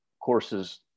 courses